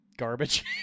garbage